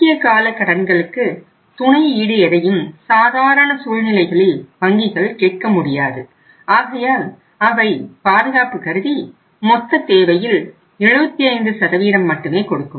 குறுகிய கால கடன்களுக்கு துணை ஈடு எதையும் சாதாரண சூழ்நிலைகளில் வங்கிகள் கேட்க முடியாது ஆகையால் அவை பாதுகாப்பு கருதி மொத்த தேவையில் 75 மட்டுமே கொடுக்கும்